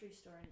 store